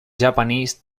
japanese